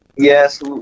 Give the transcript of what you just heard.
Yes